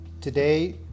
today